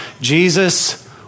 Jesus